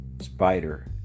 Spider